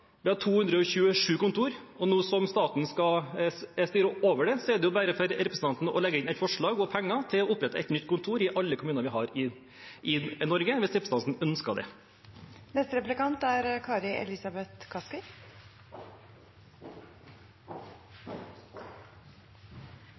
vi har 227 kontor, og nå som staten skal styre over det, er det bare for representanten å legge inn et forslag og penger til å opprette et nytt kontor i alle kommuner vi har i Norge, hvis representanten ønsker